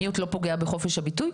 מיוט לא פוגע בחופש הביטוי?